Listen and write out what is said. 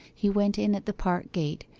he went in at the park gate,